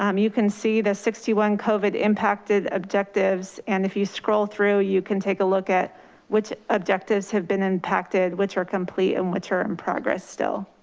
um you can see the sixty one covid impacted objectives. and if you scroll through, you can take a look at which objectives have been impacted, which are complete, and which are in progress still.